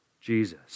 Jesus